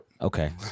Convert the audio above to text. Okay